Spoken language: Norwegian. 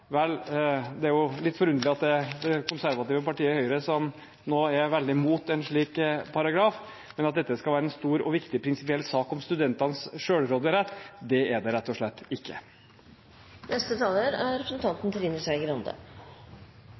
er det litt forunderlig at det er det konservative partiet Høyre som nå er veldig imot en slik paragraf. Men at dette skal være en stor og viktig prinsipiell sak om studentenes selvråderett: Det er det rett og slett ikke. Jeg er egentlig litt enig i det siste som representanten